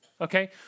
okay